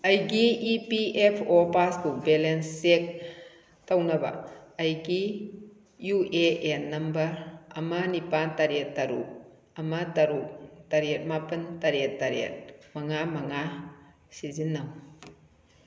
ꯑꯩꯒꯤ E P F O passbook balance check ꯇꯧꯅꯕ ꯑꯩꯒꯤ ꯌꯨ ꯑꯦ ꯑꯦꯟ ꯅꯝꯕꯔ ꯑꯃ ꯅꯤꯄꯥꯜ ꯇꯔꯦꯠ ꯇꯔꯨꯛ ꯑꯃ ꯇꯔꯨꯛ ꯇꯔꯦꯠ ꯃꯥꯄꯜ ꯇꯔꯦꯠ ꯇꯔꯦꯠ ꯃꯉꯥ ꯃꯉꯥ ꯁꯤꯖꯤꯟꯅꯧ